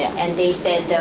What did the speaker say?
and they said,